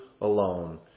alone